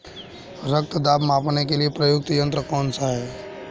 रक्त दाब मापने के लिए प्रयुक्त यंत्र कौन सा है?